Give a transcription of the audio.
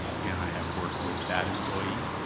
and i have worked with that employee.